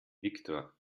viktor